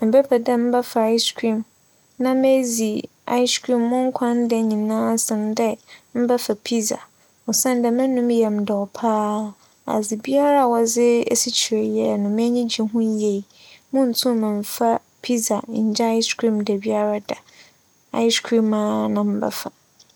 mebɛpɛ dɛ mebɛfa iͻe ͻream na meedzi iͻe ͻream mo nkwa nda nyinara sen dɛ mebɛfa Pizza osiandɛ m'ano mu yɛ me dɛw paa. Adze biara wͻdze esikyire yɛɛ no, m'enyi gye ho yie. Munntum mmfa Pizza nngya iͻe ͻream dabiara da, iͻe ͻream ara na mebɛfa.